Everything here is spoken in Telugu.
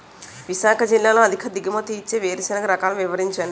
విశాఖ జిల్లాలో అధిక దిగుమతి ఇచ్చే వేరుసెనగ రకాలు వివరించండి?